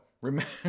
remember